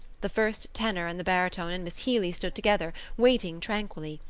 the first tenor and the baritone and miss healy stood together, waiting tranquilly,